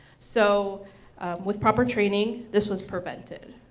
so with proper training, this was prevented.